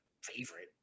favorite